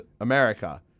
America